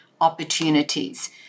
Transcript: opportunities